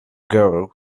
girl